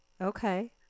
Okay